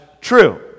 true